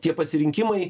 tie pasirinkimai